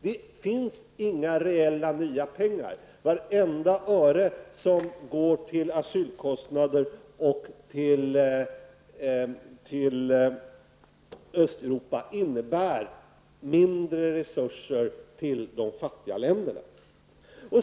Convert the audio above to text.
Det finns inga reella nya pengar. Vartenda öre som går till asylkostnader och till Östeuropa innebär mindre resurser till de fattiga länderna.